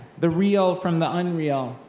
the real from the unreal,